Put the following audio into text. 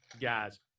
guys